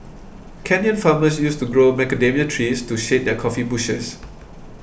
Kenyan farmers used to grow macadamia trees to shade their coffee bushes